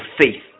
faith